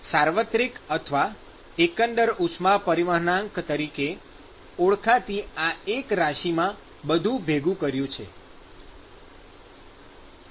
સાર્વત્રિક અથવા એકંદર ઉષ્મા પરિવહનાંક તરીકે ઓળખાતી આ એક રાશિમાં બધું ભેગું કર્યું છે